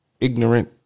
ignorant